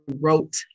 wrote